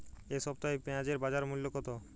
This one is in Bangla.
এ সপ্তাহে পেঁয়াজের বাজার মূল্য কত?